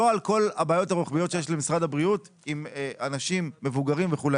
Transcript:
לא על כל הבעיות הרוחביות שיש למשרד הבריאות עם אנשים מבוגרים וכו'.